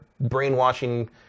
brainwashing